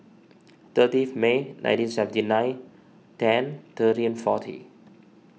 thirtieth May nineteen seventy nine ten thirteen and forty